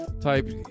type